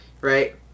right